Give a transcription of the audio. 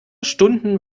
stunden